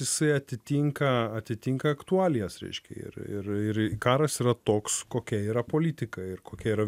jisai atitinka atitinka aktualijas reiškia ir ir ir karas yra toks kokia yra politika ir kokia yra